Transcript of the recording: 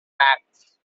acts